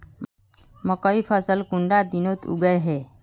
मकई फसल कुंडा दिनोत उगैहे?